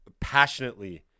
passionately